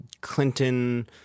Clinton